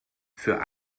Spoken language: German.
für